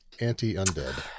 anti-undead